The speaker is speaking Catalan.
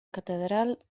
catedral